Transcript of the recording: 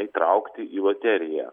įtraukti į loteriją